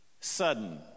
sudden